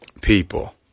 People